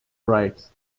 rights